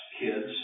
kids